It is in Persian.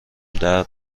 درد